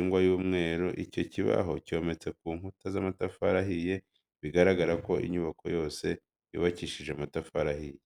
ingwa y'umweru. Icyo kibaho cyometse ku nkuta z'amatafari ahiye, bigaragara ko n'inyubako yose yubakishije amatafari ahiye.